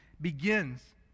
begins